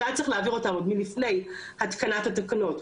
שהיה צריך להעביר אותם עוד מלפני התקנת ההתקנות,